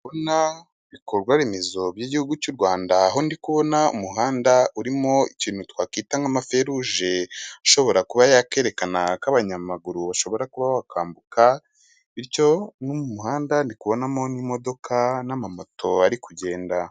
Ibikorwa remezo by'igihugu cy'u Rwanda, aho ndi kubona umuhanda urimo ikintu twakwita nka ama feruje, ashobora kuba yakererekana ko abanyamaguru bashobora kuba bakambuka, bityo no mu muhanda nikubonamo n'imodoka n'amamoto ari kugenda.